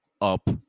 Up